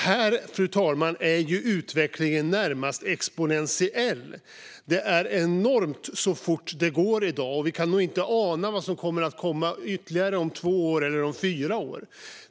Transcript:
Här är utvecklingen närmast exponentiell, fru talman - det är enormt hur fort det går i dag, och vi kan nog inte ana vad som kommer att komma om ytterligare två eller fyra år.